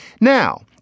Now